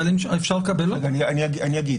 אני ממשיך: